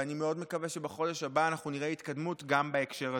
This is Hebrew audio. ואני מאוד מקווה שבחודש הבא אנחנו נראה התקדמות גם בהקשר הזה.